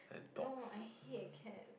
no I hate cat